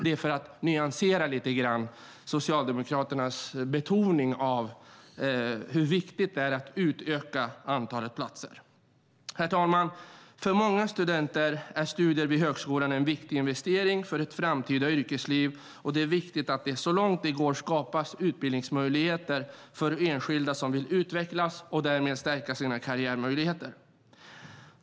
Jag säger detta för att lite grann nyansera Socialdemokraternas betoning av hur viktigt det är att öka antalet platser. Herr talman! För många studenter är studier vid högskolan en viktig investering för ett framtida yrkesliv, och det är viktigt att det så långt det går skapas utbildningsmöjligheter för enskilda som vill utvecklas och därmed stärka sina karriärmöjligheter.